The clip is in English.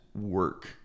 work